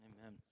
Amen